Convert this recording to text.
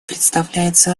представляется